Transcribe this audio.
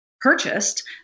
purchased